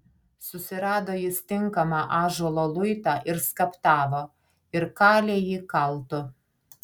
susirado jis tinkamą ąžuolo luitą ir skaptavo ir kalė jį kaltu